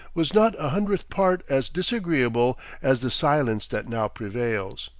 was not a hundredth part as disagreeable as the silence that now prevails.